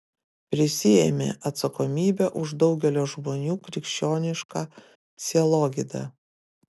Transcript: prisiėmė atsakomybę už daugelio žmonių krikščionišką sielogydą